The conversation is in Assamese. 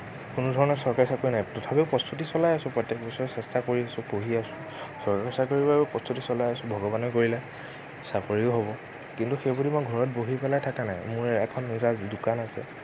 কোনো ধৰণৰ চৰকাৰী চাকৰি নাই তথাপিও প্ৰস্তুতি চলাই আছোঁ প্ৰত্যেক বছৰে চেষ্টা কৰি আছোঁ পঢ়ি আছোঁ চৰকাৰী চাকৰি বাৰু প্ৰস্তুতি চলাই আছোঁ ভগৱানেও কৰিলে চাকৰিও হ'ব কিন্তু সেইবুলি মই ঘৰত বহি পেলাই থাকা নাই মোৰ এখন নিজা দোকান আছে